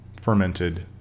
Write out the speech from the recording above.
fermented